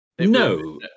No